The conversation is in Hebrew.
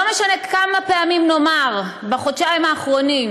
לא משנה כמה פעמים נאמר בחודשיים האחרונים